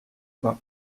pas